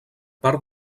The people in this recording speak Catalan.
part